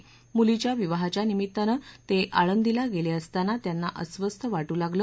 कनिष्ठ मुलीच्या विवाहाच्या निमित्ताने ते आळंदी ला गेले असताना त्यांना अस्वस्थ वाटू लागलं